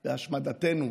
בהשמדתנו,